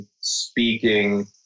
speaking